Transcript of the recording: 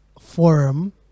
forum